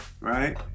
right